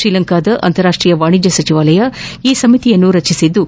ಶ್ರೀಲಂಕಾದ ಅಂತಾರಾಷ್ಷೀಯ ವಾಣಿಜ್ಞ ಸಚಿವಾಲಯ ಈ ಸಮಿತಿ ರಚಿಸಿದ್ಲು